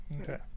Okay